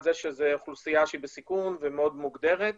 זה שזו אוכלוסייה בסיכון ומאוד מוגדרת,